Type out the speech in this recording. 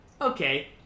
okay